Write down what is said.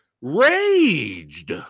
Raged